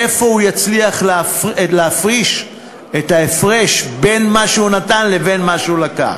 מאיפה הוא יצליח לקבל את ההפרש בין מה שהוא נתן לבין מה שהוא לקח?